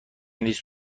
نیست